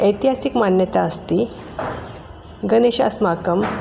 ऐतिहासिकमान्यता अस्ति गणेशः अस्माकं